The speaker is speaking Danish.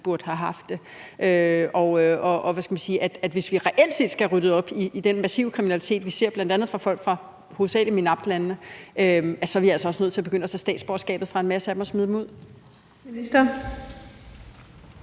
burde have haft dem, og hvor vi, hvis vi – hvad man skal sige – reelt set skal have ryddet op i den massive kriminalitet, vi bl.a. ser fra folk fra hovedsagelig MENAPT-landene, altså så også er nødt til at begynde at tage statsborgerskabet fra en masse af dem og smide dem ud? Kl.